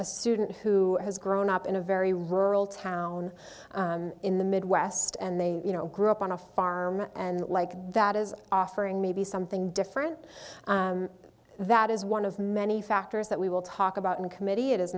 a student who has grown up in a very rural town in the midwest and they grew up on a farm and like that is offering maybe something different that is one of many factors that we will talk about in committee i